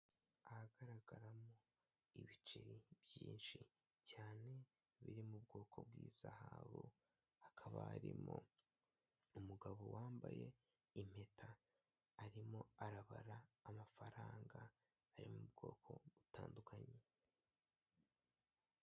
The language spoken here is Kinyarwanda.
Ahagaragaramo ibiceri byinshi cyane biri mu bwoko bw'ihazazabu, hakaba harimo umugabo wambaye impeta arimo arabara amafaranga ari mu bwoko butandukanye.